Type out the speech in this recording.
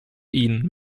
ihn